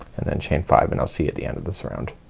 and then chain five and i'll see you at the end of this round.